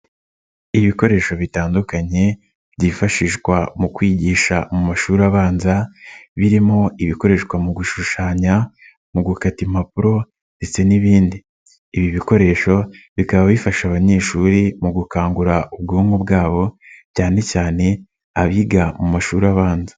Ibikoresho bitandukanye, byifashishwa mu kwigisha mu mashuri abanza, birimo ibikoreshwa mu gushushanya, mu gukata impapuro ndetse n'ibindi. Ibi bikoresho bikaba bifasha abanyeshuri mu gukangura ubwonko bwabo, cyanecyane abiga mu mashuri abanza.